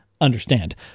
understand